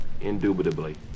Indubitably